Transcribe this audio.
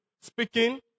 speaking